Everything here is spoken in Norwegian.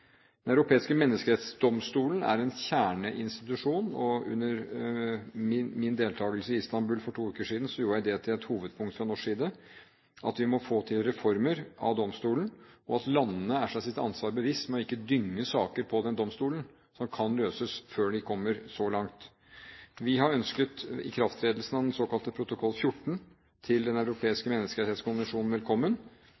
Den europeiske menneskerettighetsdomstolen er en kjerneinstitusjon. Under min deltakelse i Istanbul for to uker siden gjorde jeg det til et hovedpunkt fra norsk side at vi må få til reformer av domstolen, og at landene er seg sitt ansvar bevisst og ikke dynger saker på denne domstolen som kan løses før de kommer så langt. Vi har ønsket ikrafttredelsen av den såkalte protokoll nr. 14 til Den